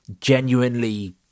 genuinely